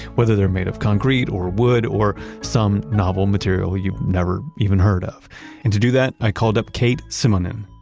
whether they're made of concrete or wood or some novel material you've never even heard of. and to do that, i called up kate simonen.